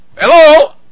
hello